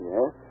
Yes